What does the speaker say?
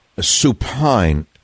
supine